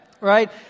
right